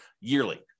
yearly